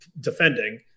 defending